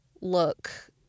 look